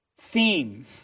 theme